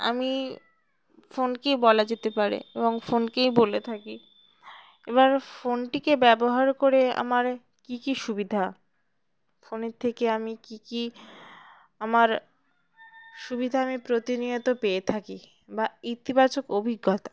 আমি ফোনকেই বলা যেতে পারে এবং ফোনকেই বলে থাকি এবার ফোনটিকে ব্যবহার করে আমার কী কী সুবিধা ফোনের থেকে আমি কী কী আমার সুবিধা আমি প্রতিনিয়ত পেয়ে থাকি বা ইতিবাচক অভিজ্ঞতা